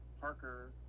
Parker